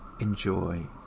Enjoy